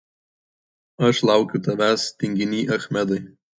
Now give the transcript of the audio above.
aš laukiu tavęs tinginy achmedai